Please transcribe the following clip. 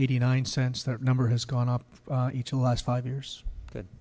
eighty nine cents that number has gone up each and last five years that